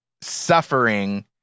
suffering